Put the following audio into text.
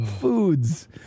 Foods